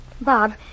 Bob